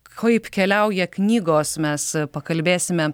kaip keliauja knygos mes pakalbėsime